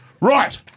Right